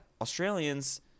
Australians